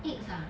eggs ah